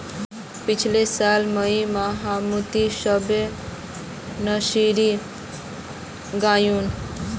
पिछला साल मई महीनातमुई सबोर नर्सरी गायेनू